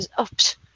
oops